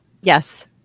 Yes